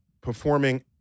performing